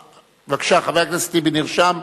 בבקשה, חבר הכנסת טיבי נרשם.